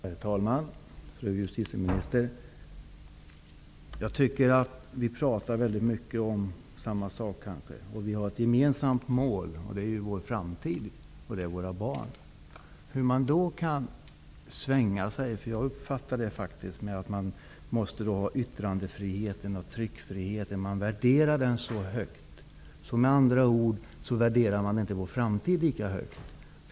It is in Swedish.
Herr talman! Fru justitieminister! Vi pratar väldigt mycket om samma sak, och vi har ett gemensamt mål: vår framtid och våra barn. Jag uppfattar att man svänger sig, när man hänvisar till yttrandefriheten och tryckfriheten och värderar dem så högt. Med andra ord: man värderar inte vår framtid lika högt.